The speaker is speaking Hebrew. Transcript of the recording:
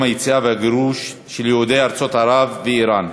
היציאה והגירוש של יהודי ארצות ערב ואיראן,